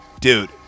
Dude